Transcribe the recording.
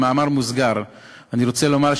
במאמר מוסגר אני רוצה לומר,